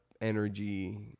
energy